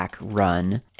run